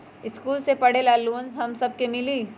इश्कुल मे पढे ले लोन हम सब के मिली?